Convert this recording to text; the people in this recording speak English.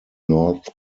north